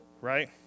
Right